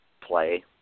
play